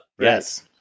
Yes